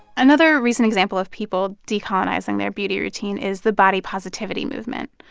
another recent example of people decolonizing their beauty routine is the body positivity movement.